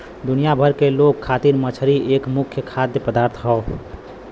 दुनिया भर के लोग खातिर मछरी एक मुख्य खाद्य पदार्थ हौ